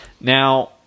Now